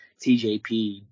TJP